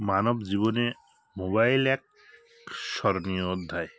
মানব জীবনে মোবাইল এক স্মরণীয় অধ্যায়